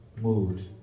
mood